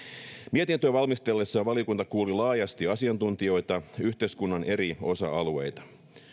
mietintöä valmistellessaan valiokunta kuuli laajasti asiantuntijoita yhteiskunnan eri osa alueilta